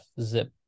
zip